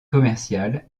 commerciale